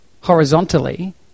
horizontally